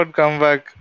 comeback